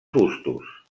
gustos